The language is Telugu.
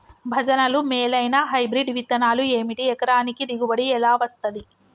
భజనలు మేలైనా హైబ్రిడ్ విత్తనాలు ఏమిటి? ఎకరానికి దిగుబడి ఎలా వస్తది?